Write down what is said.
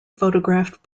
photographed